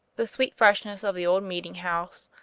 the sweet freshness of the old meeting-house,